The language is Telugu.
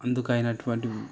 అందుకు అయినటువంటి